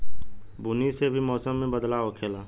बुनी से भी मौसम मे बदलाव होखेले